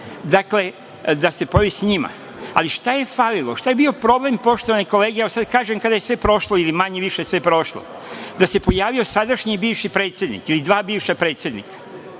dakle, da se pojavi sa njima. Ali, šta je falilo, šta je bio problem poštovane kolege? Evo sada kažem, kada je sve manje više prošlo, da se pojavio sadašnji i bivši predsednik ili dva bivša predsednika